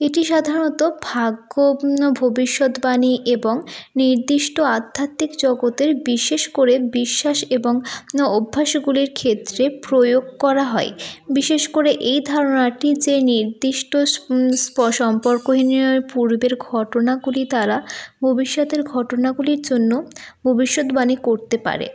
এটি সাধারণত ভাগ্য ভবিষ্যৎবাণী এবং নির্দিষ্ট আধ্যাত্মিক জগতের বিশেষ করে বিশ্বাস এবং অভ্যাসগুলির ক্ষেত্রে প্রয়োগ করা হয় বিশেষ করে এই ধারণাটি যে নির্দিষ্ট সম্পর্কহীনের পূর্বের ঘটনাগুলি তারা ভবিষ্যতের ঘটনাগুলির জন্য ভবিষ্যৎবাণী করতে পারে